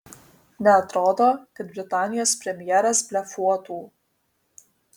neatrodo kad britanijos premjeras blefuotų